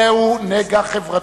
זהו נגע חברתי,